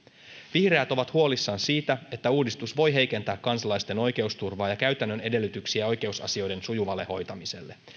vihreät ovat huolissaan siitä että uudistus voi heikentää kansalaisten oikeusturvaa ja käytännön edellytyksiä oikeusasioiden sujuvalle hoitamiselle